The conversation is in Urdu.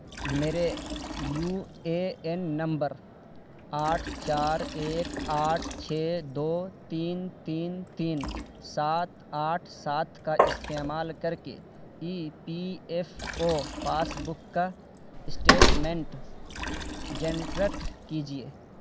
میرے یو اے این نمبر آٹھ چار ایک آٹھ چھ دو تین تین تین سات آٹھ سات کا استعمال کر کے E P F O passbook کا اسٹیٹمنٹ جنرٹ کیجیے